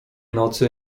nocy